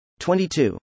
22